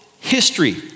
history